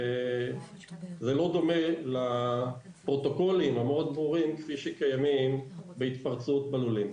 זה לא דומה לפרוטוקולים המאוד ברורים שקיימים להתפרצות בלולים.